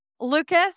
Lucas